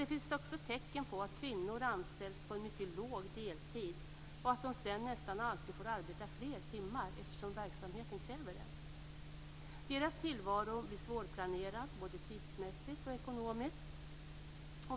Det finns också tecken på att kvinnor anställs på en mycket låg deltid och att de sedan nästan alltid får arbeta fler timmar eftersom verksamheten kräver det. Deras tillvaro blir svårplanerad både tidsmässigt och ekonomiskt.